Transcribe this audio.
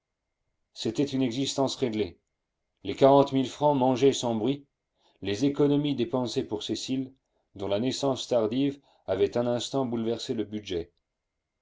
c'était une existence réglée les quarante mille francs mangés sans bruit les économies dépensées pour cécile dont la naissance tardive avait un instant bouleversé le budget